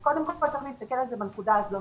אם כן, קודם כל צריך להתסכל על זה בנקודה הזאת.